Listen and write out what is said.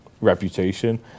reputation